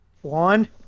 One